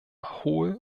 hol